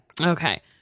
Okay